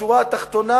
בשורה התחתונה